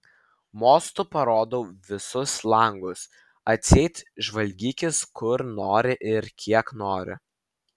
mostu parodau visus langus atseit žvalgykis kur nori ir kiek nori